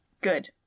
Good